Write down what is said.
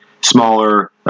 smaller